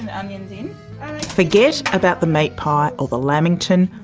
and forget about the meat pie or the lamington,